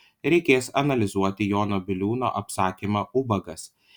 reikės analizuoti jono biliūno apsakymą ubagas